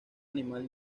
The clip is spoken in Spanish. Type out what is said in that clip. animal